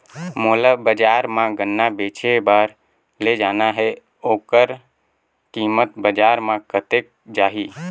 मोला बजार मां गन्ना बेचे बार ले जाना हे ओकर कीमत बजार मां कतेक जाही?